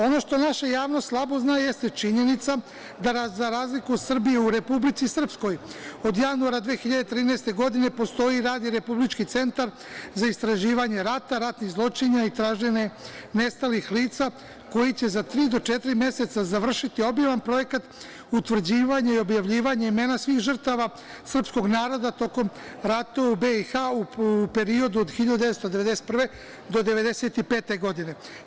Ono što naša javnost slabo zna jeste činjenica da za razliku od Srbije u Republici Srpskoj od januara 2013. godine postoji i radi Republički centar za istraživanje rata, ratnih zločina i traženje nestalih lica koji će za tri, do četiri meseca završiti obiman projekat utvrđivanje i objavljivanje imena svih žrtava srpskog naroda tokom ratova u BiH u periodu od 1991. godine do 1995. godine.